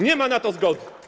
Nie ma na to zgody.